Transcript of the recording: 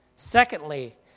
Secondly